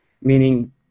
meaning